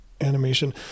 animation